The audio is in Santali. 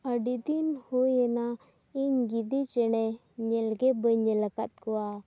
ᱟᱹᱰᱤ ᱫᱤᱱ ᱦᱩᱭᱱᱟ ᱤᱧ ᱜᱤᱫᱤ ᱪᱮᱬᱮ ᱧᱮᱞ ᱜᱮ ᱵᱟᱹᱧ ᱧᱮᱞ ᱟᱠᱟᱫ ᱠᱚᱣᱟ